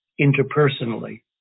interpersonally